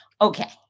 Okay